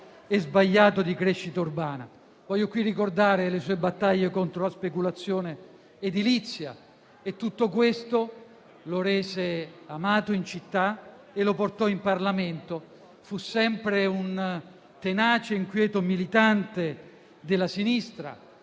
e sbagliato di crescita urbana. Voglio qui ricordare le sue battaglie contro la speculazione edilizia. Tutto questo lo rese amato in città e lo portò in Parlamento. Fu sempre un tenace e inquieto militante della Sinistra;